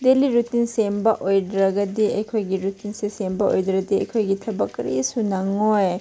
daily routine ꯁꯦꯝꯕ ꯑꯣꯏꯗ꯭ꯔꯒꯗꯤ ꯑꯩꯈꯣꯏꯒꯤ ꯔꯨꯇꯤꯟꯁꯦ ꯁꯦꯝꯕ ꯑꯣꯏꯗ꯭ꯔꯗꯤ ꯑꯩꯈꯣꯏꯒꯤ ꯊꯕꯛ ꯀꯔꯤꯁꯨ ꯅꯪꯉꯣꯏ